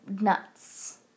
nuts